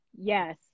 Yes